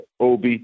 OB